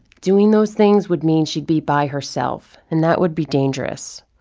doing those things would mean she'd be by herself, and that would be dangerous.